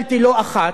את התנ"ך,